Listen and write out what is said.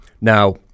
now